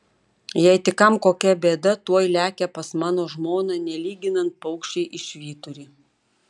jei tik kam kokia bėda tuoj lekia pas mano žmoną nelyginant paukščiai į švyturį